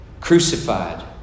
Crucified